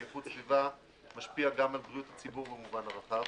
כי איכות סביבה משפיעה גם על בריאות הציבור במובן הרחב,